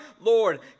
Lord